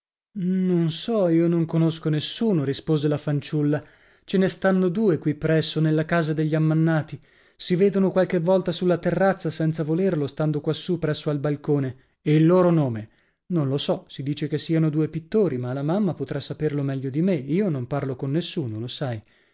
non so io non conosco nessuno rispose la fanciulla ce ne stanno due qui presso nella casa degli ammannati si vedono qualche volta sulla terrazza senza volerlo stando quassù presso al balcone il loro nome non lo so si dice che siano due pittori ma la mamma potrà saperlo meglio di me io non parlo con nessuno lo sai